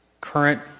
current